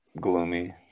gloomy